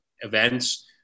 events